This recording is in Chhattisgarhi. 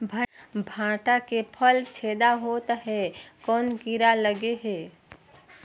भांटा के फल छेदा होत हे कौन कीरा लगे हे?